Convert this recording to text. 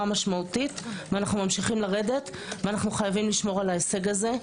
משמעותית ואנו ממשיכים לרדת וחייבים לשמור על ההישג הזה.